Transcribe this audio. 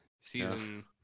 season